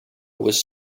was